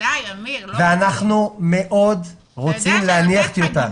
אנחנו מאוד רוצים להניח טיוטה.